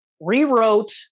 rewrote